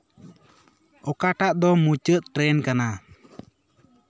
ᱚᱠᱟᱴᱟᱜ ᱫᱚ ᱢᱩᱪᱟᱹᱫ ᱴᱨᱮᱱ ᱠᱟᱱᱟ